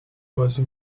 بازی